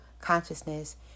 consciousness